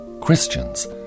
Christians